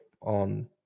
on